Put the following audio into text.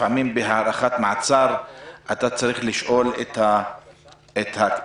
לפעמים בהארכת מעצר אתה צריך לשאול את הלקוח,